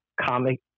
comic